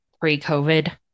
pre-COVID